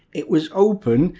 it was open,